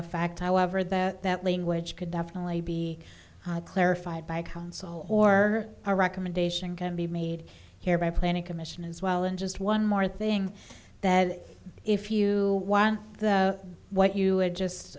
fact however that that language could definitely be clarified by council or a recommendation can be made here by planning commission as well and just one more thing that if you want that what you just